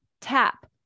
tap